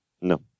No